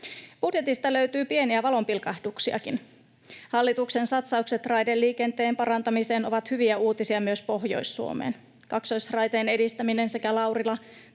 Budjetista löytyy pieniä valonpilkahduksiakin. Hallituksen satsaukset raideliikenteen parantamiseen ovat hyviä uutisia myös Pohjois-Suomeen. Kaksoisraiteen edistäminen sekä